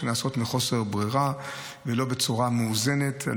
לא בצורה מאוזנת,